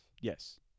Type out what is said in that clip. Yes